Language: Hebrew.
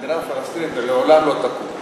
שמדינה פלסטינית לעולם לא תקום.